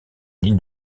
ligne